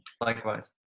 likewise